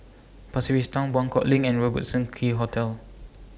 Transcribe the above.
Pasir Ris Town Buangkok LINK and Robertson Quay Hotel